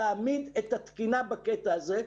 להעמיד את התקינה בקטע הזה,